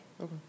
Okay